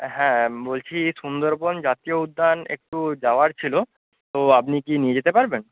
হ্যাঁ বলছি সুন্দরবন জাতীয় উদ্যান একটু যাওয়ার ছিল তো আপনি কি নিয়ে যেতে পারবেন